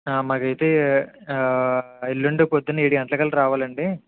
మాకైతే ఎల్లుండి పొద్దున్న ఏడు గంటలకల్లా రావాలండి